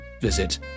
visit